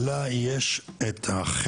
הרי באתם מיוזמה